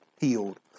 healed